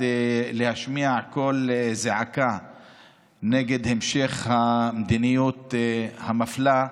להשמיע קול זעקה נגד המשך המדיניות המפלה,